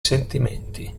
sentimenti